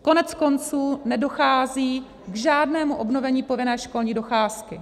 Koneckonců nedochází k žádnému obnovení povinné školní docházky.